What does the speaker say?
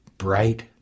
bright